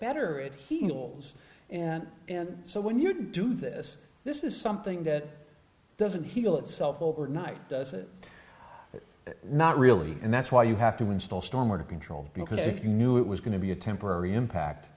heals and and so when you do this this is something that doesn't heal itself overnight does it not really and that's why you have to install storm or control because if you knew it was going to be a temporary impact